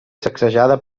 sacsejada